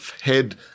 head